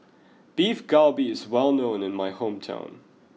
Beef Galbi is well known in my hometown